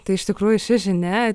tai iš tikrųjų ši žinia